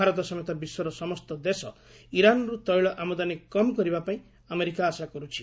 ଭାରତ ସମେତ ବିଶ୍ୱର ସମସ୍ତ ଦେଶ ଇରାନ୍ରୁ ତେଳ ଆମଦାନୀ କମ୍ କରିବାପାଇଁ ଆମେରିକା ଆଶା କରୁଛି